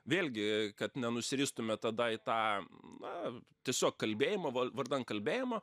vėlgi kad nenusiristume tada į tą na tiesiog kalbėjimą val vardan kalbėjimo